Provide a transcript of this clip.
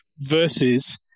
versus